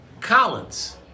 Collins